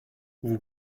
vous